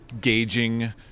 gauging